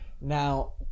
Now